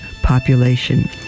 population